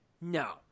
no